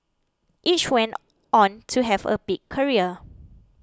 each went on to have a big career